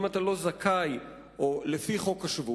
אם אתה לא זכאי לפי חוק השבות,